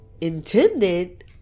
intended